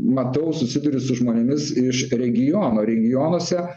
matau susiduriu su žmonėmis iš regionų regionuose